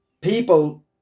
people